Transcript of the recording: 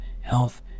health